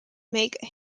make